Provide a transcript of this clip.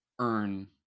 earn